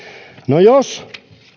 no jos